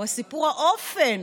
הסיפור הוא האופן